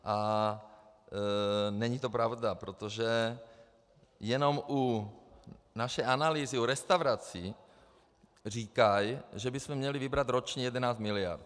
A není to pravda, protože jenom naše analýzy u restaurací říkají, že bychom měli vybrat ročně 11 miliard.